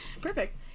Perfect